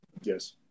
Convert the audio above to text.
Yes